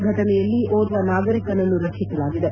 ಘಟನೆಯಲ್ಲಿ ಓರ್ವ ನಾಗರಿಕನನ್ನು ರಕ್ಷಿಸಲಾಗಿದೆ